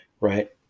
right